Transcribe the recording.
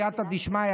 בסייעתא דשמיא,